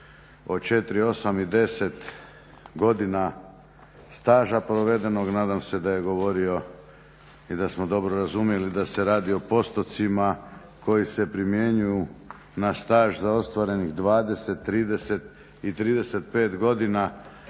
o 4, 8 i 10 godina staža provedenog, nadam se da je govorio i da smo dobro razumjeli da se radi o postocima koji se primjenjuju na staž za ostvarenih 20, 30 i 35 godina